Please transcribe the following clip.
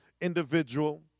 individual